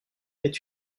est